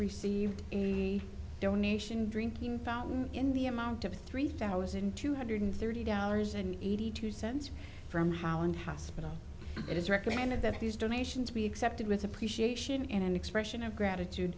received the donation drinking fountain in the amount of three thousand two hundred thirty dollars and eighty two cents from howland hospital it is recommended that these donations be accepted with appreciation in an expression of grati